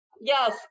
yes